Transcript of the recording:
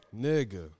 Nigga